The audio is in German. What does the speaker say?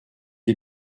die